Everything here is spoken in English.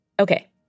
Okay